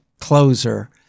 closer